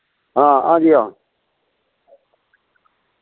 हां हांजी हां